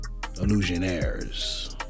Illusionaires